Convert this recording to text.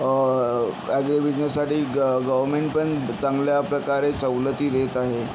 agro बिझनेससाठी ग गव्हर्मेंटपण चांगल्या प्रकारे सवलती देत आहे